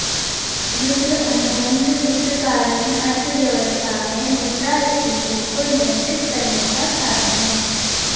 युद्ध अनुबंध युद्धकालीन अर्थव्यवस्था में मुद्रास्फीति को नियंत्रित करने का साधन हैं